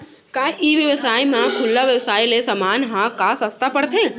का ई व्यवसाय म खुला व्यवसाय ले समान ह का सस्ता पढ़थे?